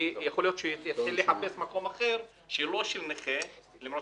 כי יכול להיות שיתחיל לחפש מקום אחר שהוא לא של נכה למרות